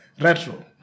retro